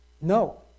No